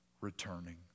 returning